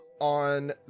on